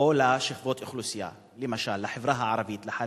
או לשכבות האוכלוסייה, למשל לחברה הערבית, לחרדים,